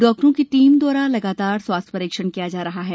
डॉक्टरों की टीम द्वारा लगातार स्वास्थ्य परीक्षण किया जा रहा है